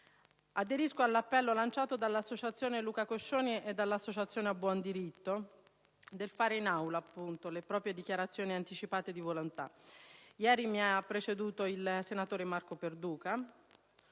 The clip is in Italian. Aderisco all'appello lanciato dall'Associazione Luca Coscioni e dall'associazione «A Buon Diritto» di fare in Aula le proprie dichiarazioni anticipate di volontà. Ieri mi ha preceduto il senatore Marco Perduca,